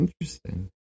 Interesting